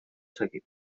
seguit